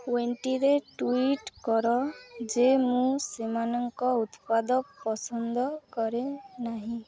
ୱେଣ୍ଡିରେ tweet କର ଯେ ମୁଁ ସେମାନଙ୍କ ଉତ୍ପାଦ ପସନ୍ଦ କରେ ନାହିଁ